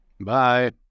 Bye